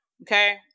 Okay